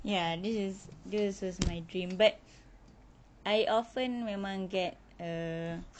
ya this is this is is my dream but I often memang get err